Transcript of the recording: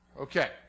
okay